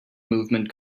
movement